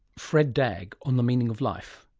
fred dagg on the meaning of life.